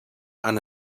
han